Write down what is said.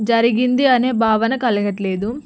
జరిగింది అనే భావన కలగట్లేదు